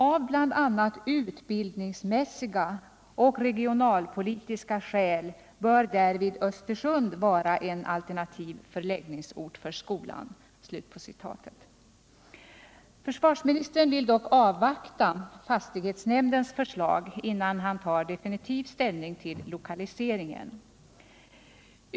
”Av bl.a. utbildningsmässiga och regionalpolitiska skäl bör därvid Östersund vara en alternativ förläggningsort för skolan.” Försvarsministern vill dock avvakta fastighetsnämndens förslag, innan han tar definitiv ställning till lokaliseringen.